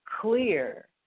clear